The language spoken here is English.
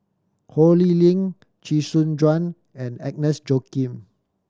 Ho Lee Ling Chee Soon Juan and Agnes Joaquim